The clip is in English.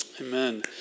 Amen